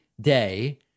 day